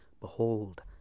Behold